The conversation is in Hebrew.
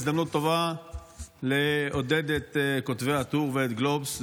הזדמנות טובה לעודד את כותבי הטור ואת גלובס,